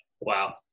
Wow